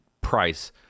price